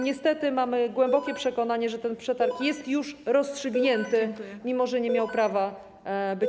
Niestety mamy głębokie przekonanie, że ten przetarg jest już rozstrzygnięty, mimo że nie miał prawa być.